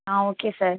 ah okay sir